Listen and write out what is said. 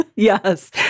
Yes